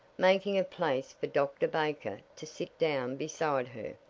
making a place for dr. baker to sit down beside her.